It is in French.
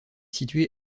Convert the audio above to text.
situé